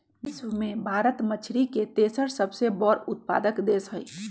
विश्व में भारत मछरी के तेसर सबसे बड़ उत्पादक देश हई